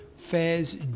Fares